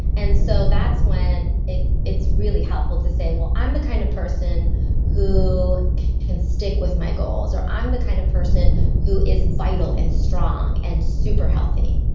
and so that's when it's really helpful to say, well i'm the kind of person who can stick with my goals. or, i'm the kind of person who is vital and strong and super healthy.